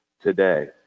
today